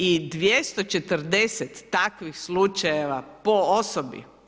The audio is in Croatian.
I 240 takvih slučajeva po osobi.